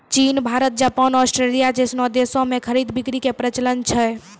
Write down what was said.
चीन Bharat Japan Australia जैसनो देश मे खरीद बिक्री के प्रचलन छै